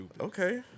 Okay